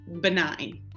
benign